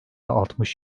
altmış